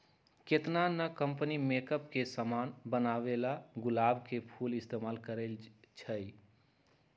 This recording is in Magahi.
केतना न कंपनी मेकप के समान बनावेला गुलाब के फूल इस्तेमाल करई छई